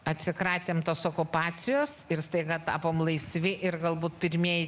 atsikratėm tos okupacijos ir staiga tapome laisvi ir galbūt pirmieji